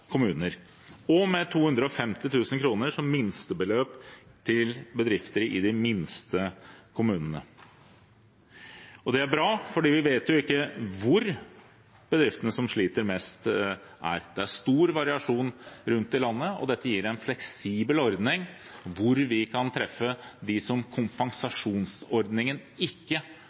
kommuner, og med 250 000 kr som minstebeløp til bedrifter i de minste kommunene. Det er bra, for vi vet jo ikke hvor bedriftene som sliter mest, er. Det er stor variasjon rundt i landet, og dette gir en fleksibel ordning, der vi kan treffe dem som kompensasjonsordningen ikke